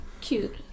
Cute